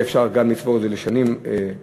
אפשר גם לצבור את זה לשנים הבאות.